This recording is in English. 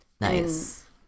Nice